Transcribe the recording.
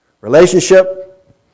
Relationship